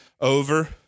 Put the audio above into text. over